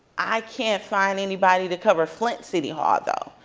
i can't find anybody to cover flint city hall though.